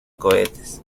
cohetes